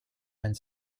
and